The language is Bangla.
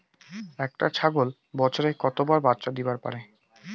একটা ছাগল বছরে কতবার বাচ্চা দিবার পারে?